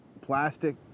plastic